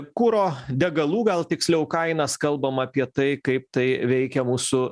kuro degalų gal tiksliau kainas kalbam apie tai kaip tai veikia mūsų